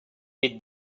with